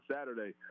Saturday